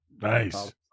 Nice